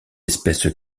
espèce